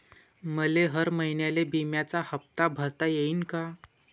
मले हर महिन्याले बिम्याचा हप्ता भरता येईन का?